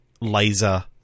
laser